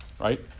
right